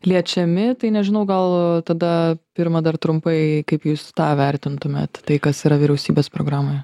liečiami tai nežinau gal tada pirma dar trumpai kaip jūs tą vertintumėt tai kas yra vyriausybės programoje